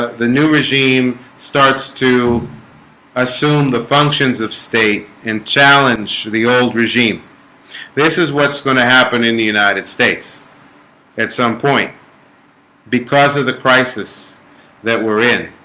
the new regime starts to assume the functions of state and challenge to the old regime this is what's going to happen in the united states at some point because of the crisis that were in